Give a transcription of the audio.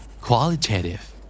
Qualitative